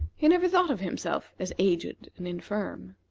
he never thought of himself as aged and infirm.